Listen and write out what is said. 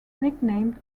nicknamed